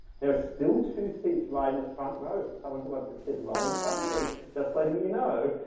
there are still two seats right in the front row for someone who wants to sit right in front of me, just letting you know